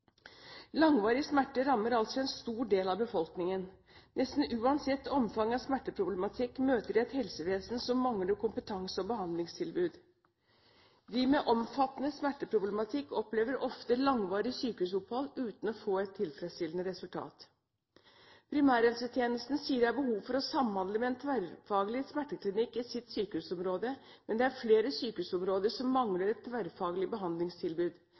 Langvarig smerte rammer altså en stor del av befolkningen. Nesten uansett omfang av smerteproblematikk møter de et helsevesen som mangler kompetanse og behandlingstilbud. De med omfattende smerteproblematikk opplever ofte langvarig sykehusopphold, uten å få et tilfredsstillende resultat. I primærhelsetjenesten ser man at det er behov for å samhandle med en tverrfaglig smerteklinikk i sitt sykehusområde, men det er flere sykehusområder som